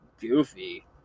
goofy